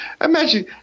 Imagine